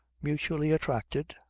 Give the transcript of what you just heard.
mutually attracted,